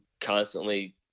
constantly